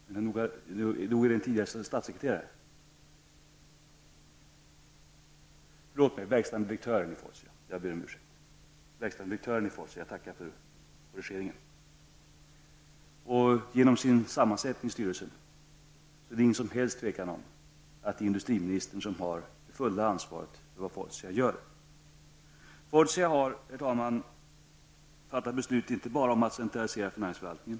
Jag har uppenbarligen fel i det fallet. Men nog handlar det väl om en tidigare statssekreterare. Jag ber om ursäkt. Jag hör att industriministern gör en korrigering. Det gäller alltså verkställande direktören i Fortia. Genom styrelsens sammansättning råder det inte något som helst tvivel om att det är industriministern som har det fulla ansvaret för vad Fortia gör. Fortia har, herr talman, fattat beslut om en centralisering av finansförvaltningen.